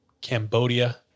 Cambodia